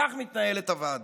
כך מתנהלת הוועדה.